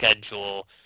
schedule